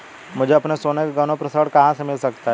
मुझे अपने सोने के गहनों पर ऋण कहां से मिल सकता है?